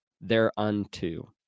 thereunto